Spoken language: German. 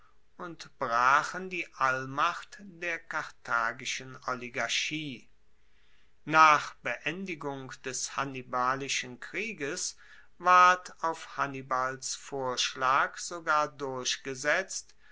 und brachen die allmacht der karthagischen oligarchie nach beendigung des hannibalischen krieges ward auf hannibals vorschlag sogar durchgesetzt